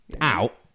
out